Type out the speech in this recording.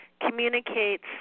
communicates